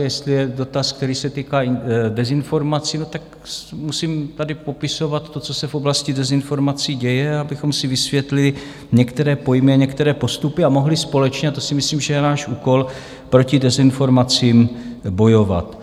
A jestli je dotaz, který se týká dezinformací, tak musím tady popisovat to, co se v oblasti dezinformací děje, abychom si vysvětlili některé pojmy a některé postupy a mohli společně a to si myslím, že je náš úkol proti dezinformacím bojovat.